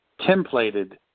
templated